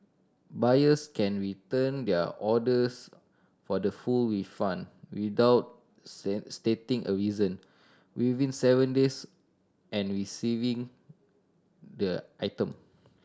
buyers can return their orders for the full refund without stating a reason within seven days and receiving the item